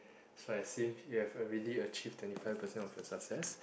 so I seems you have achieved twenty five percent of your success